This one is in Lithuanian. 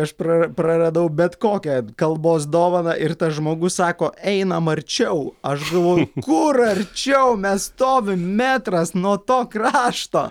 aš prara praradau bet kokią kalbos dovaną ir tas žmogus sako einam arčiau aš galvoju kur arčiau mes stovim metras nuo to krašto